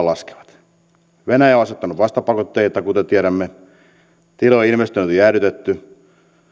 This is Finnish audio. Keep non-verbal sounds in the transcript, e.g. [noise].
[unintelligible] laskevat venäjä on asettanut vastapakotteita kuten tiedämme tilojen investoinnit on jäädytetty